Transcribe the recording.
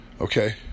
Okay